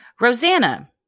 Rosanna